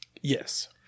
Yes